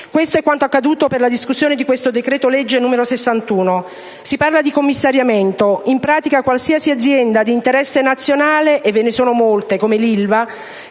Questo è quanto accaduto per la discussione di questo decreto-legge n. 61. Si parla di commissariamento: in pratica qualsiasi azienda di interesse nazionale (e ve ne sono molte come l'Ilva),